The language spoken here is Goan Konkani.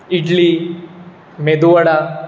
इडली मेदु वडा